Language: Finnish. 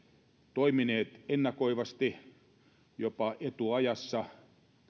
toimineet ennakoivasti jopa etuajassa